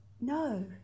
No